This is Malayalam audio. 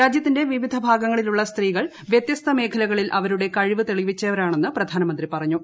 രാജ്യത്തിന്റെ വിവിധ ഭാഗങ്ങളിലുള്ള സ്ത്രീകൾ വ്യത്യസ്ത മേഖലകളിൽ അവരുടെ കഴിവ് ക്രെളിയിച്ചവരാണെന്ന് പ്രധാനമന്ത്രി പറഞ്ഞു